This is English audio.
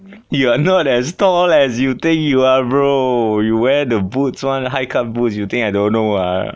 you are not as tall as you take you are row you where the boots 专了 hike up boots you think I don't know ah